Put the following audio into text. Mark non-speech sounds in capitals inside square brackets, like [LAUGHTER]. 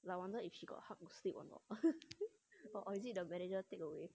I wonder if she got hug to sleep or not [LAUGHS] or the manager take away